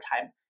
time